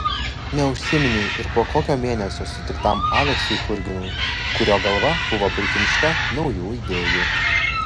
neužsiminei ir po kokio mėnesio sutiktam aleksiui churginui kurio galva buvo prikimšta naujų idėjų